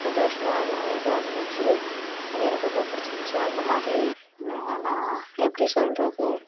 சந்தோஷமான இதாயிருந்துச்சி அது எனக்கு ரொம்ப பிடிச்சிருந்துச்சி அந்தமாதிரி நான் எப்படி சொல்கிறது